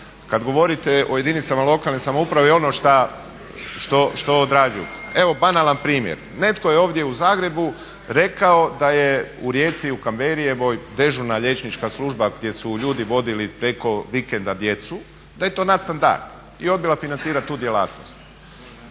Kad govorite o jedinicama lokalne samouprave i ono što odrađuju, evo banalan primjer, netko je ovdje u Zagrebu rekao da je u Rijeci u Cambierievoj dežurna liječnička služba gdje su ljudi vodili preko vikenda djecu da je to nadstandard i odbila financirati tu djelatnost.